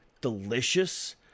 delicious